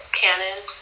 canon